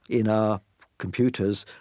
in our computers,